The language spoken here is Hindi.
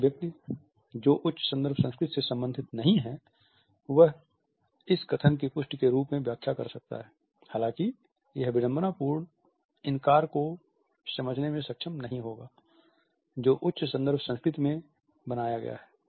एक व्यक्ति जो उच्च संदर्भ संस्कृति से संबंधित नहीं है वह इस कथन की पुष्टि के रूप में व्याख्या कर सकता है हालांकि वह विडंबनापूर्ण इनकार को समझने में सक्षम नहीं होगा जो उच्च संदर्भ संस्कृति में बनाया गया है